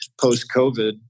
post-COVID